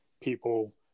people